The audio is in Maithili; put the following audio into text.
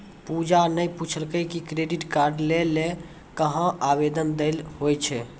पूजा ने पूछलकै कि क्रेडिट कार्ड लै ल कहां आवेदन दै ल होय छै